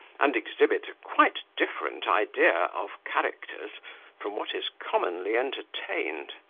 and exhibit a quite different idea of characters from what is commonly entertained.